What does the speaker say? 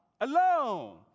Alone